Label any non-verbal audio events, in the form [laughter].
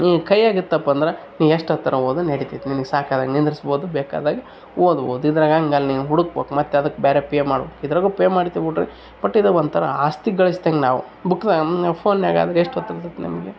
ನಿನ್ ಕೈಯಾಗ ಇತ್ತಪ್ಪ ಅಂದ್ರೆ ನೀನ್ ಎಷ್ಟೊತ್ತಾರೆ ಓದಿದ್ರ್ ನಡಿತದೆ ನಿನ್ಗೆ ಸಾಕಾದ್ರೆ ನಿಂದುರ್ಸ್ಬೋದು ಬೇಕಾದಾಗ ಓದ್ಬೋದು ಇದ್ರಾಗ ಹಂಗ್ ಅಲ್ಲ ನೀನು ಹುಡುಕ್ಬೇಕ್ ಮತ್ತು ಅದಕ್ಕೆ ಬೇರೆ ಪೇ ಮಾಡಬೇಕು ಇದ್ರಾಗು ಪೇ ಮಾಡೇ [unintelligible] ಬಟ್ ಇದ್ರಾಗ ಒಂಥರ ಆಸ್ತಿ ಗಳಿಸ್ದಂಗ್ ನಾವು ಬುಕ್ [unintelligible] ಫೋನಾಗ ಆದ್ರೆ ಎಷ್ಟು ಹೊತ್ತು ಇರ್ತದೆ ನಿಮಗೆ